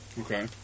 Okay